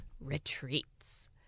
retreats